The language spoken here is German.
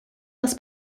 das